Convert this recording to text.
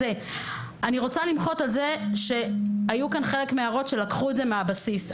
אני רוצה למחות שהיו כאן חלק מההערות שלקחו מהבסיס.